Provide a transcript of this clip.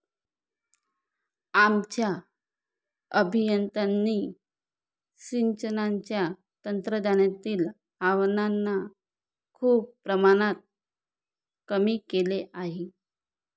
आमच्या अभियंत्यांनी सिंचनाच्या तंत्रज्ञानातील आव्हानांना खूप प्रमाणात कमी केले आहे